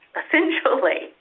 essentially